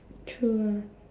true lah